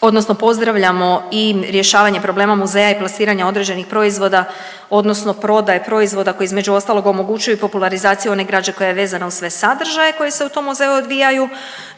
odnosno pozdravljamo i rješavanje problema muzeja i plasiranja određenih proizvoda odnosno prodaje proizvoda koji između ostalog omogućuju i popularizaciju one građe koja je vezana uz sve sadržaje koji se u tom muzeju odvijaju